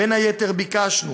בין היתר, ביקשנו